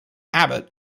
abbot